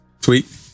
Tweet